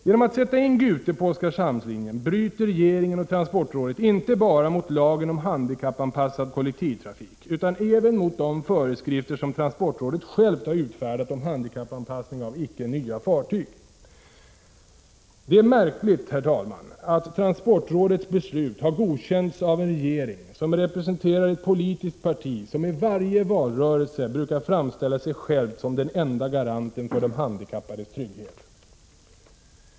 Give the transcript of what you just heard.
Genom att sätta in Gute på Oskarshamnslinjen bryter regeringen och transportrådet inte bara mot lagen om handikappanpassad kollektivtrafik utan även mot de föreskrifter som transportrådet självt utfärdat om handikappanpassning av icke nya fartyg: Det är märkligt, herr talman, att transportrådets beslut har godkänts av en regering som representerar ett politiskt parti som i varje valrörelse brukar framställa sig självt som den enda garanten för de handikappades trygghet.